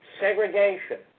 segregation